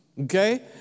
okay